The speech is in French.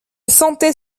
sentais